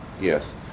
Yes